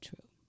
true